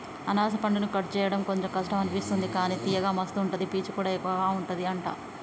అనాస పండును కట్ చేయడం కొంచెం కష్టం అనిపిస్తది కానీ తియ్యగా మస్తు ఉంటది పీచు కూడా ఎక్కువుంటది అంట